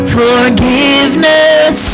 forgiveness